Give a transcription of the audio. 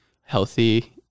healthy